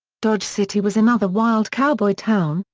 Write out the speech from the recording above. dodge city was another wild cowboy town,